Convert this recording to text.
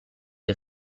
est